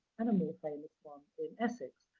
and a more famous one in essex.